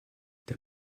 der